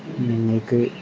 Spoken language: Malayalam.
എന്നൊക്കെ